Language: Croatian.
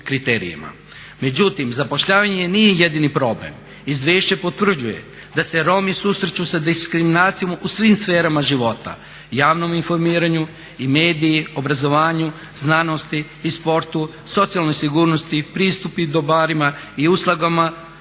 Međutim, zapošljavanje nije jedini problem. Izvješće potvrđuje da se Romi susreću s diskriminacijom u svim sferama života, javnom informiranju i mediji, obrazovanju, znanosti i sportu, socijalnoj sigurnosti, pristup tim dobarima i uslugama,